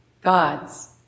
God's